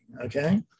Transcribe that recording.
okay